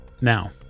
Now